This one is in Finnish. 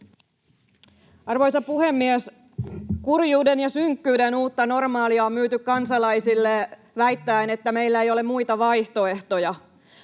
Arvoisa puhemies! Kurjuuden ja synkkyyden uutta normaalia on myyty kansalaisille väittäen, että meillä ei ole muita vaihtoehtoja.